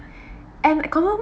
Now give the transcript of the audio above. and confirm